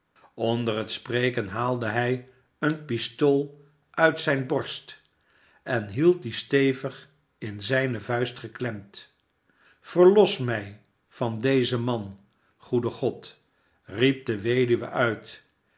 onder het spreken haalde hij eene pistool uit zijne borst en hield die stevig in zijne vuist geklemd sverlos mij van dezen man goede god riep de weduwe uit